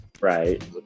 Right